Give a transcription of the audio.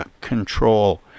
control